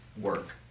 work